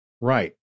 Right